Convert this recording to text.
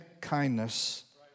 kindness